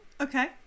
Okay